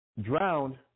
drowned